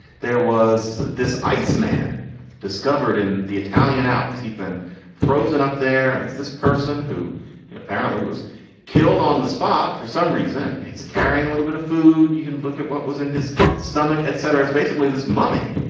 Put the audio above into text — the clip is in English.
there was this eisemann discovered in the italian alps. he'd been frozen up there. and it's this person who apparently was killed on the spot for some reason. and yet he's carrying a little bit of food. you can look at what was in his stomach, etc. it's basically this mummy.